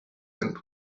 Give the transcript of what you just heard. and